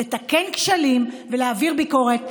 לתקן כשלים ולהעביר ביקורת,